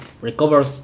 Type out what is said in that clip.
recovers